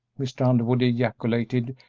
mr. underwood ejaculated,